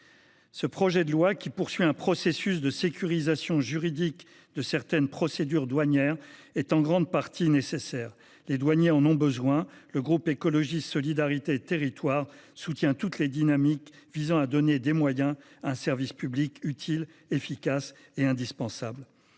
Ce projet de loi, qui vise la sécurisation juridique de certaines procédures douanières, est en grande partie nécessaire. Les douaniers en ont besoin. Le groupe Écologiste – Solidarité et Territoires soutient toutes les dynamiques visant à donner des moyens à un service public utile et efficace. Pour faire